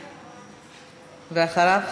ואחריו,